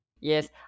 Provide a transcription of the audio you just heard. Yes